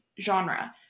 genre